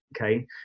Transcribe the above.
okay